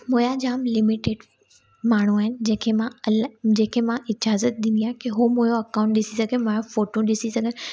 मुंहिंजा जाम लिमिटेड माण्हू आहिनि जंहिंखे मां अल जंहिंखे मां इजाज़त ॾींदी आहियां की उहो मुहिंजा अकाउंट ॾिसी सघे मुंहिंजा फोटो ॾिसी सघनि